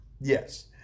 Yes